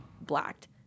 blacked